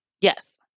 Yes